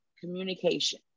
communication